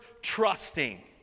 trusting